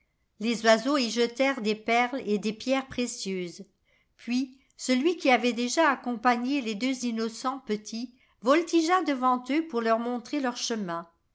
les oiseaux y jetèrent des perles et des pierres précieuses puis celui qui avait déjà accompagné les deux innocents petits voltigea devant eux pour leur montrer leur chemin